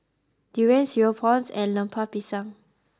Durian Cereal Prawns and Lemper Pisang